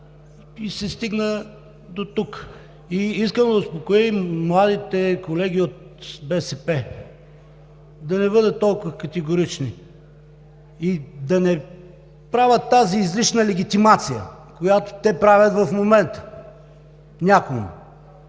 и се стигна дотук. Искам да успокоя младите колеги от БСП – да не бъдат толкова категорични, и да не правят тази излишна легитимация, която те правят в момента някому.